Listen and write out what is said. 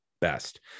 best